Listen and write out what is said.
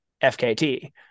FKT